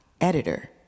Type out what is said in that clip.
editor